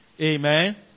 Amen